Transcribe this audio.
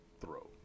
throw